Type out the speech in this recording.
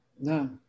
No